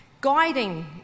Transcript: Guiding